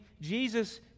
Jesus